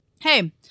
Hey